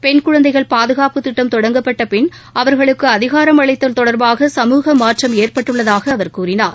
pen குழந்தைகள் பாதுகாப்புத் திட்டம் தொடங்கப்பட்ட பின் அவர்களுக்கு அதிகாரம் அளித்தல் தொடர்பாக சமூக மாற்றம் ஏற்பட்டுள்ளதாக அவர் கூறினார்